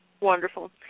Wonderful